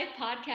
podcast